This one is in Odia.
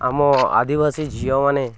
ଆମ ଆଦିବାସୀ ଝିଅମାନେ